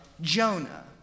Jonah